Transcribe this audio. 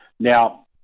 Now